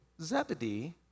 Zebedee